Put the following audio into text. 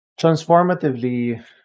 transformatively